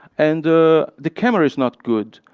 and the the camera is not good.